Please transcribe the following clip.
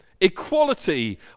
equality